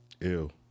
Ew